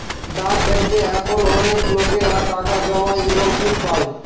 ডাক ব্যাঙ্কে এখন অনেকলোক টাকা জমায় এবং সুদ পাই